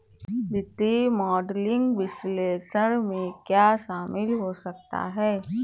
वित्तीय मॉडलिंग के विश्लेषण में क्या शामिल हो सकता है?